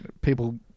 people